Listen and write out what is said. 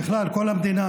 ובכלל כל המדינה,